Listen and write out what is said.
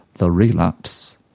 they'll relapse,